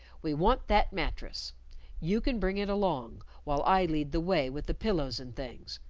we want that mattress you can bring it along, while i lead the way with the pillows and things.